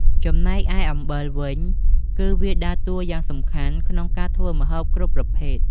ចំណែកឯអំបិលវិញ គឺវាដើរតួយ៉ាងសំខាន់ក្នុងការធ្វើម្ហូបគ្រប់ប្រភេទ។